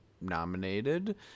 nominated